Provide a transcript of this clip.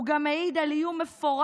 הוא גם העיד על איום מפורש